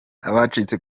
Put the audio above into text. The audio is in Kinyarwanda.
abacitse